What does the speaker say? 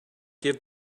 give